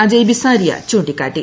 അജയ് ബിസാരിയ ചൂണ്ടിക്കാട്ടി